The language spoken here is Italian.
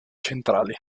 centrali